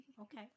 Okay